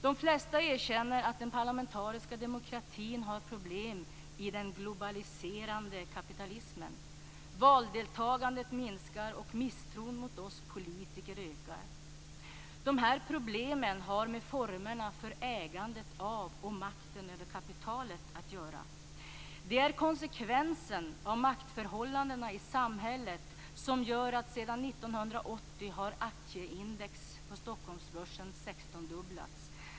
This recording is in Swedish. De flesta erkänner att den parlamentariska demokratin har problem i den globaliserande kapitalismen. Valdeltagandet minskar och misstron mot oss politiker ökar. De här problemen har med formerna för ägandet av och makten över kapitalet att göra. De är konsekvensen av de maktförhållanden i samhället som gör att aktieindex på Stockholmsbörsen sextondubblats sedan 1980.